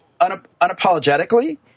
unapologetically